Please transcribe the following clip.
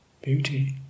beauty